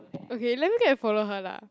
okay let me go and follow her lah